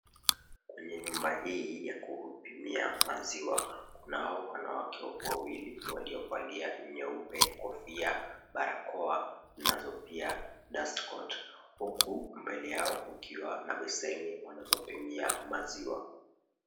Kwenye nyumba hii ya kupimia maziwa kunao wanawake wawili waliovalia nyeupe kofia barakoa nazo pia dustcoat , huku mbele yao kukiwa na beseni wanzopimia maziwa.